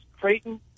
Creighton